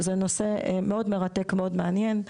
זה נושא מאוד מרתק, מאוד מעניין.